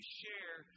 share